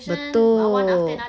betul